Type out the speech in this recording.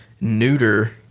neuter